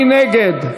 מי נגד?